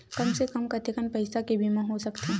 कम से कम कतेकन पईसा के बीमा हो सकथे?